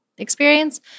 Experience